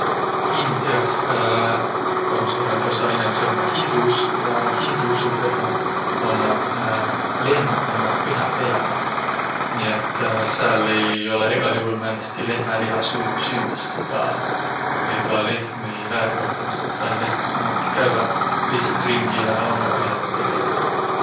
Indiah om suurõmb osa inemiisi ommaq hindu usku ja hindu usu perrä ommaq lehmäq ommaq pühäq eläjäq. Nii et sääl ei olõq egäl juhul määnestki lehmäliha sü- süümist ega ega lehmi väärkohtlõmist. Et sääl lehmäq ommaki, käüväq lihtsält ringi ja ommaq pühäq tegeläseq.